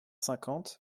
cinquante